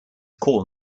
call